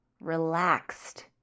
relaxed